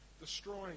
destroying